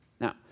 Now